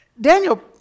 Daniel